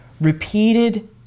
repeated